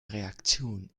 reaktion